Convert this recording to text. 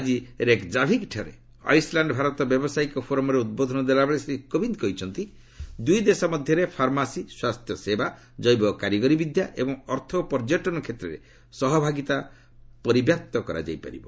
ଆକି ରେକ୍ଜାଭିକ୍ଠାରେ ଆଇସ୍ଲ୍ୟାଣ୍ଡ ଭାରତ ବ୍ୟାବସାୟିକ ଫୋରମ୍ରେ ଉଦ୍ବୋଧନ ଦେଲାବେଳେ ଶ୍ରୀ କୋବିନ୍ଦ କହିଛନ୍ତି ଦୁଇ ଦେଶ ମଧ୍ୟରେ ଫାର୍ମାସି ସ୍ୱାସ୍ଥ୍ୟସେବା ଜୈବ କାରିଗରି ବିଦ୍ୟା ଏବଂ ଅର୍ଥ ଓ ପର୍ଯ୍ୟଟନ କ୍ଷେତ୍ରରେ ସହଭାଗିତା ପରିବ୍ୟାପ୍ତ କରାଯାଇପାରିବ